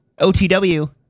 OTW